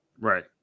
Right